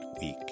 week